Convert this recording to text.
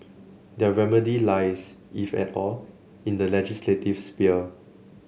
their remedy lies if at all in the legislative sphere